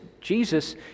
Jesus